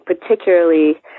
particularly